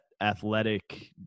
athletic